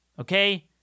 Okay